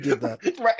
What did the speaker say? Right